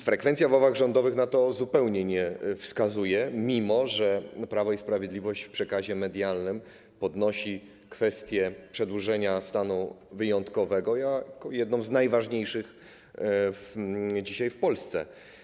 Frekwencja w ławach rządowych zupełnie na to nie wskazuje, mimo że Prawo i Sprawiedliwość w przekazie medialnym podnosi kwestię przedłużenia stanu wyjątkowego jako jedną z najważniejszych dzisiaj w Polsce.